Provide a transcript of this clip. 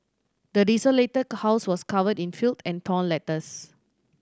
the desolated house was covered in filth and torn letters